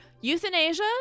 euthanasia